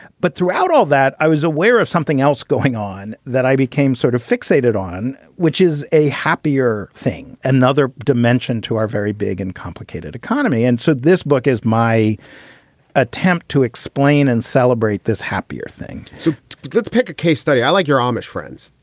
but throughout all that, i was aware of something else going on that i became sort of fixated on, which is a happier thing. another dimension to our very big and complicated economy. and so this book is my attempt to explain and celebrate this happier thing so let's pick a case study. i like your amish friends.